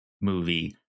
movie